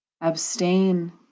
Abstain